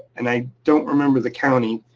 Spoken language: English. and i don't remember the county,